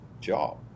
job